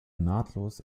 nahtlos